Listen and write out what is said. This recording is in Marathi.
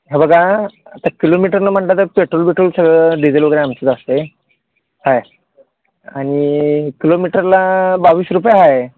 हे बघा आता किलोमीटरनं म्हणलं तर पेट्रोल बिट्रोल सगळं डिजेल वगैरे आमचंच असत आहे काय आणि किलोमीटरला बावीस रुपये आहे